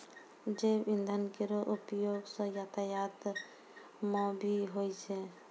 जैव इंधन केरो उपयोग सँ यातायात म भी होय छै